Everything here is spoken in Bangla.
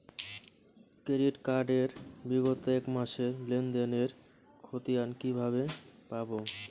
ক্রেডিট কার্ড এর বিগত এক মাসের লেনদেন এর ক্ষতিয়ান কি কিভাবে পাব?